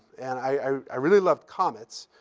and i really loved comets.